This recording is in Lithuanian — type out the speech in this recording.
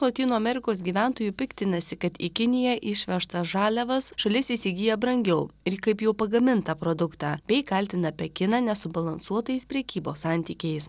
lotynų amerikos gyventojų piktinasi kad į kiniją išvežtas žaliavas šalis įsigyja brangiau ir kaip jau pagamintą produktą bei kaltina pekiną nesubalansuotais prekybos santykiais